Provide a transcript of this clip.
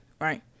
Right